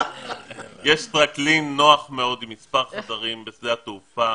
יש טרקלין נוח מאוד עם מספר חדרים בשדה התעופה.